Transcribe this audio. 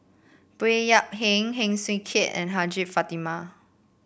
Baey Yam Keng Heng Swee Keat and Hajjah Fatimah